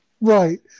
Right